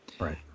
Right